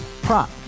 Prop